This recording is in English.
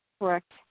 Correct